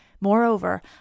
Moreover